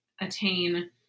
attain